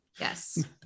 Yes